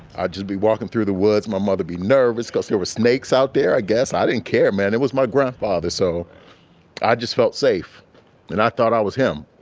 i'd just be walking through the woods. my mother be nervous cos there were snakes out there. i guess i didn't care man. it was my grandfather. so i just felt safe and i thought i was him.